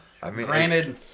Granted